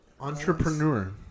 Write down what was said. Entrepreneur